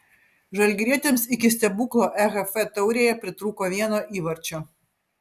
žalgirietėms iki stebuklo ehf taurėje pritrūko vieno įvarčio